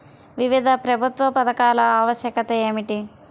వివిధ ప్రభుత్వా పథకాల ఆవశ్యకత ఏమిటి?